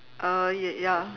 uh ya